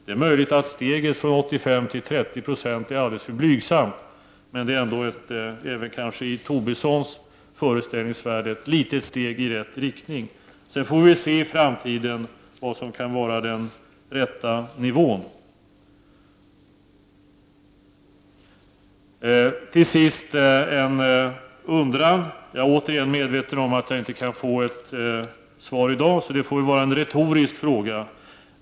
Det är möjligt att steget från 85 till 30 26 är alldeles för blygsamt, men det är väl kanske ändå även i Lars Tobissons föreställningsvärld ett litet steg i rätt riktning. Sedan får vi i framtiden se vad som kan vara den rätta nivån. Till sist en undran. Jag är medveten om att jag inte kan få något svar i dag — det får väl därför bli en retorisk fråga.